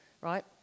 right